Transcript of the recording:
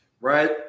right